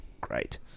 Great